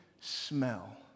smell